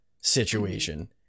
situation